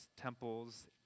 temples